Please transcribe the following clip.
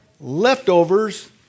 leftovers